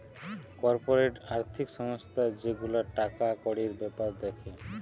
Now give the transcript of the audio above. corporate আর্থিক সংস্থা যে গুলা টাকা কড়ির বেপার দ্যাখে